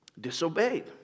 disobeyed